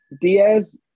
Diaz